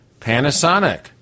Panasonic